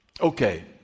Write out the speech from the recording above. Okay